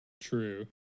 True